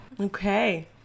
Okay